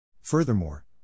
Furthermore